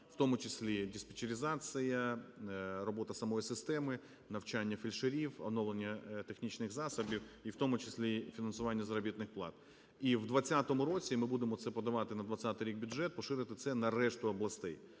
в тому числі: диспетчеризація, робота самої системи, навчання фельдшерів, оновлення технічних засобів і в тому числі фінансування заробітних плат. І в 20-му році - ми будемо це подавати на 20-й рік в бюджет, - поширити це на решту областей.